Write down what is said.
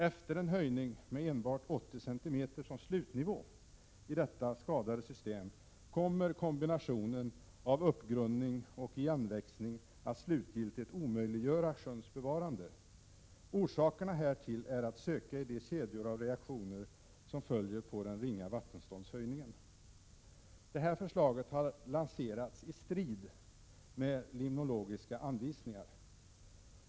Efter en höjning med enbart 80 centimeter som slutnivå i detta skadade system kommer kombinationen av uppgrundning och igenväxning att slutgiltigt omöjliggöra sjöns bevarande. Orsakerna härtill är att söka i de kedjor av reaktioner som följer på den ringa vattenståndshöjningen. Detta förslag har lanserats i strid med limnologiska anvisningar.